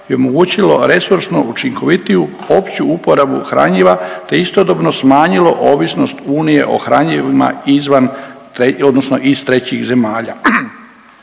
i omogućilo resorsno učinkovitiju opću uporabu hranjiva, te istodobno smanjilo ovisnost Unije o hranjivima izvan odnosno iz trećih zemalja.